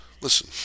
listen